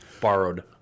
borrowed